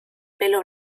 pelo